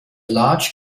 large